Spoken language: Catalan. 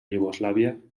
iugoslàvia